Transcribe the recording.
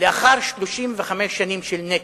לאחר 35 שנים של נתק.